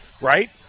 Right